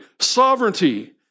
sovereignty